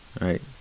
right